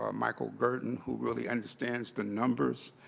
ah michael gerten, who really understands the numbers,